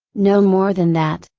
no more than that.